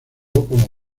como